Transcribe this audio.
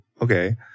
okay